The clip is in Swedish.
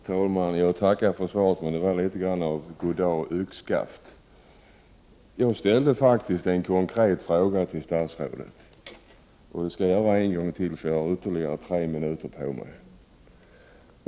Herr talman! Jag tackar för svaret, men det var litet grand av goddagyxskaft. Jag ställde faktiskt en konkret fråga till statsrådet. Det skall jag göra en gång till, eftersom jag har ytterligare tre minuters taletid.